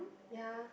ya